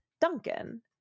duncan